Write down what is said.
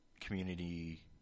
community